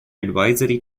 advisory